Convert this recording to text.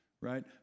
right